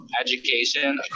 education